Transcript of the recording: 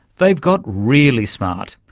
they've got really smart,